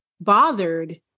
bothered